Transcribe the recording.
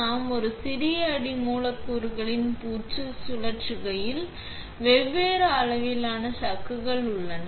நாம் ஒரு சிறிய அடி மூலக்கூறுகளில் பூச்சு சுழற்றுகையில் நாம் வெவ்வேறு அளவிலான சக்குகள் உள்ளன